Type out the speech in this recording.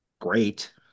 Great